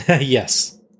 Yes